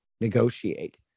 negotiate